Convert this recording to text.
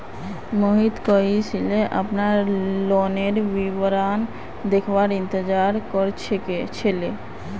मोहित कइल स अपनार लोनेर विवरण देखवार इंतजार कर छिले